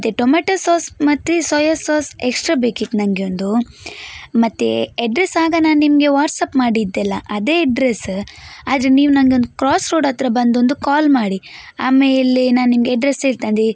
ಮತ್ತು tomato sauce ಮತ್ತೆ soy sauce extra ಬೇಕಿತ್ತು ನನಗೆ ಒಂದು ಮತ್ತು ಎಡ್ರೆಸ್ ಆಗ ನಾನು ನಿಮಗೆ ವಾಟ್ಸಪ್ ಮಾಡಿದ್ದೆ ಅಲ್ಲ ಅದೇ ಎಡ್ರೆಸ್ ಆದರೆ ನೀವು ನನ್ಗೊಂದು ಕ್ರಾಸ್ ರೋಡ್ ಹತ್ತಿರ ಬಂದು ಒಂದು ಕಾಲ್ ಮಾಡಿ ಆಮೇಲೆ ನಾನು ನಿಮಗೆ ಎಡ್ರೆಸ್ ಹೇಳ್ತೇನೆ ಅಂದರೆ